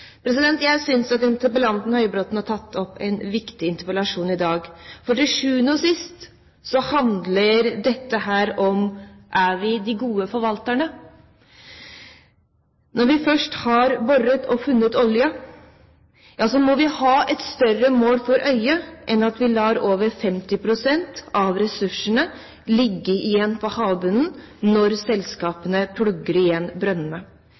Jeg synes at interpellanten Høybråten har tatt opp en viktig interpellasjon i dag, for til sjuende og sist handler dette om: Er vi de gode forvalterne? Når vi først har boret og funnet olje, må vi ha et større mål for øye enn at vi lar over 50 pst. av ressursene ligge igjen på havbunnen når selskapene plugger igjen brønnene.